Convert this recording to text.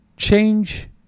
change